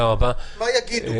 מה יגידו?